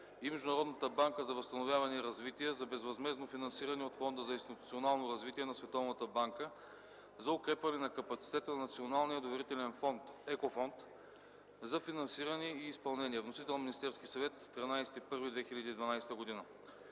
и Международната банка за възстановяване и развитие за безвъзмездно финансиране от Фонда за институционално развитие на Световната банка за укрепване на капацитета на Националния доверителен еко фонд за финансиране и изпълнение. Вносител – Министерският съвет, 13 януари 2012 г.